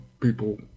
people